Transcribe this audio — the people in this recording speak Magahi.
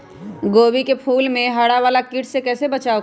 गोभी के फूल मे हरा वाला कीट से कैसे बचाब करें?